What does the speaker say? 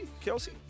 Kelsey